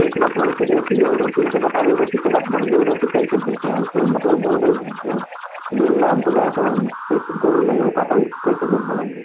एक बात रोटी ओ रोटियों को बता दो रोटी के बात ओ रोटी कैसे बेलते हैं उसको मतलब गोल गोल बेलना हमको नहीं तो हमसे गोल नहीं हो पाता उसको कैसे गोल बनाएँगे